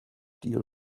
deal